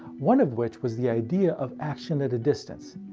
one of which was the idea of action at a distance,